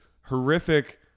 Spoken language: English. horrific